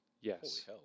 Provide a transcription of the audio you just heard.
Yes